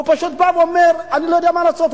הוא פשוט בא ואומר: אני לא יודע מה לעשות.